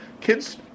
Kids